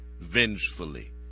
vengefully